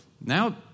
Now